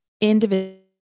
individual